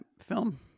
film